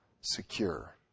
secure